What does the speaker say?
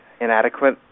inadequate